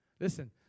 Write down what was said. Listen